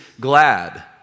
glad